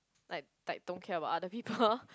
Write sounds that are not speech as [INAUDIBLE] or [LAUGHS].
like like don't care about other people [LAUGHS]